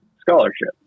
scholarship